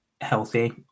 healthy